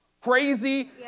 crazy